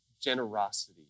generosity